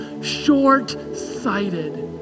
short-sighted